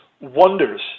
wonders